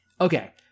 Okay